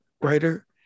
writer